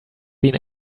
been